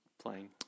playing